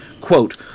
Quote